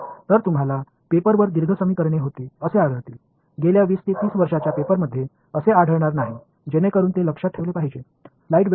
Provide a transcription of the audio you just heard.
तर तुम्हाला पेपरवर दीर्घ समीकरणे होती असे आढळतील गेल्या 20 30 वर्षांच्या पेपरमध्ये असे आढळणार नाही जेणेकरून ते लक्षात ठेवले पाहिजे